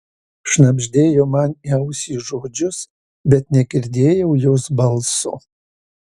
šnabždėjo man į ausį žodžius bet negirdėjau jos balso